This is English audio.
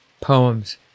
poems